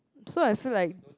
so I feel like